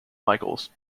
michaels